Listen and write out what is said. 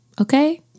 Okay